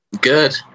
Good